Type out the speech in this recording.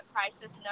Crisis